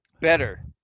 better